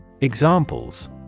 Examples